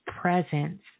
presence